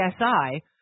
CSI